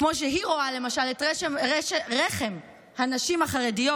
היא רואה למשל את רחם הנשים החרדיות